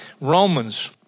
Romans